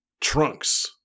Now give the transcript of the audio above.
Trunks